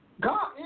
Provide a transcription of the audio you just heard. God